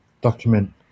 document